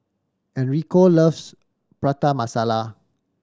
Enrico loves Prata Masala